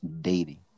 dating